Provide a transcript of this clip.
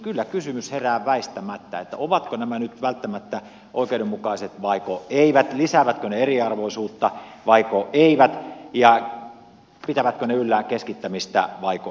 kyllä kysymys herää väistämättä ovatko nämä nyt välttämättä oikeudenmukaiset vaiko eivät lisäävätkö ne eriarvoisuutta vaiko eivät ja pitävätkö ne yllään keskittämistä vaiko eivät